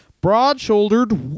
Broad-shouldered